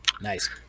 Nice